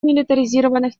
милитаризированных